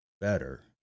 better